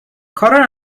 کار